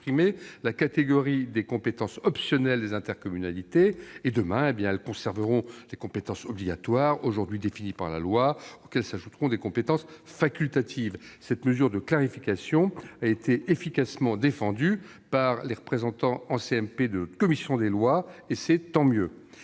la catégorie des compétences optionnelles des intercommunalités. Demain, les intercommunalités conserveront les compétences obligatoires aujourd'hui définies par la loi, auxquelles pourront s'ajouter des compétences facultatives. Cette mesure de clarification a été efficacement défendue par les représentants de la commission des lois en commission mixte